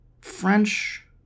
French